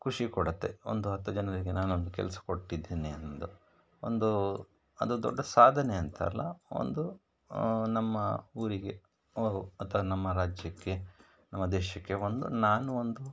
ಖುಷಿಕೊಡತ್ತೆ ಒಂದು ಹತ್ತು ಜನರಿಗೆ ನಾನೊಂದು ಕೆಲಸ ಕೊಟ್ಟಿದ್ದೇನೆ ಅಂದು ಒಂದು ಅದು ದೊಡ್ಡ ಸಾಧನೆ ಅಂತಲ್ಲ ಒಂದು ನಮ್ಮ ಊರಿಗೆ ಅಥವಾ ನಮ್ಮ ರಾಜ್ಯಕ್ಕೆ ನಮ್ಮ ದೇಶಕ್ಕೆ ಒಂದು ನಾನು ಒಂದು